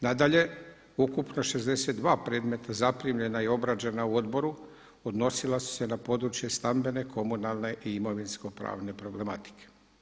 Nadalje, ukupno 62 predmeta zaprimljena i obrađena u odboru odnosila su se na područje stambene, komunalne i imovinsko pravne problematike.